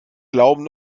glauben